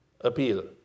appeal